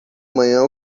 amanhã